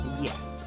Yes